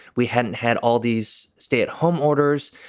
we hadn't had all these stay at home orders.